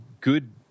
good